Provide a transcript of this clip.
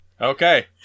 Okay